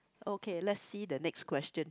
okay let's see the next question